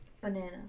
Banana